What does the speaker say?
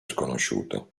sconosciuto